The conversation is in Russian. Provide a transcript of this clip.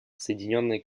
соединенное